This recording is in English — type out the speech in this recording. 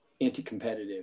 anti-competitive